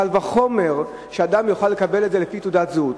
קל וחומר שאדם יוכל לקבל את זה לפי תעודת זהות.